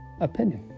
opinion